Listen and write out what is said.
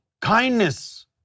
Kindness